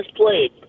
played